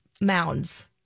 Mounds